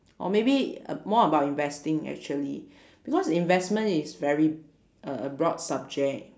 or maybe uh more about investing actually because investment is very uh a broad subject